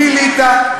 מליטא,